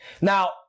Now